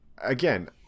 again